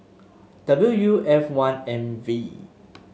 W U F one M V